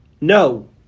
No